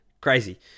Crazy